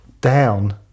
down